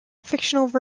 fictionalized